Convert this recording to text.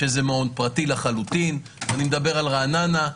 שזה מעון פרטי לחלוטין, ואני מדבר על רעננה.